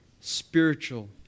spiritual